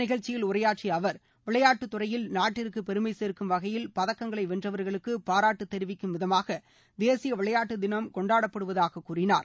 நிகழ்ச்சியில் உரையாற்றிய அவர் விளையாட்டுத்துறையில் இந்த நாட்டிற்கு பெருமை சேர்க்கும் வகையில் பதக்கங்களை வென்றவர்களுக்கு பாராட்டு தெரிவிக்கும் விதமாக தேசிய விளையாட்டுத் தினம் கொண்டாடப்படுவதாகக் கூறினார்